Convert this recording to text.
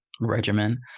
regimen